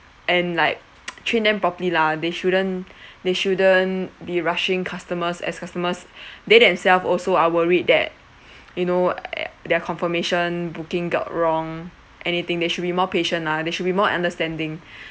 and like train them properly lah they shouldn't they shouldn't be rushing customers as customers they themselves also are worried that you know their confirmation booking got wrong anything they should be more patient lah they should be more understanding